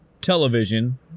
television